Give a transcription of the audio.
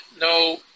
no